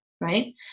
right